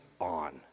on